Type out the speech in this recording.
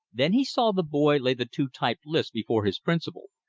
then he saw the boy lay the two typed lists before his principal,